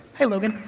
hey, logan.